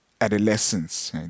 adolescence